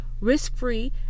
risk-free